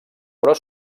però